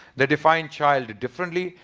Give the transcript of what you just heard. they defined child differently.